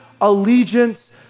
allegiance